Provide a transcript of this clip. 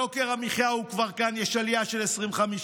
יוקר המחיה הוא כבר כאן, יש עלייה של 25%,